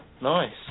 Nice